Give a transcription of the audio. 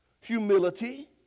Humility